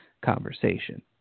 conversation